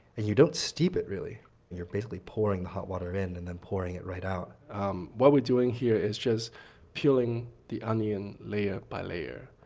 and you don't steep it. you're basically pouring the hot water in and then pouring it right out um what we're doing here is just peeling the onion layer by layer,